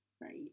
right